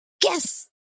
guess